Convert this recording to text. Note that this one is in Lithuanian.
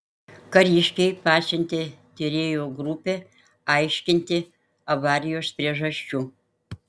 kariškiai pasiuntė tyrėjų grupę aiškinti avarijos priežasčių